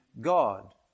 God